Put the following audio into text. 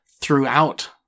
throughout